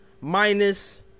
minus